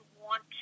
want